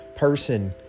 person